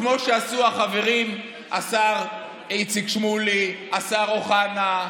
כמו שעשו החברים השר איציק שמולי, השר אוחנה,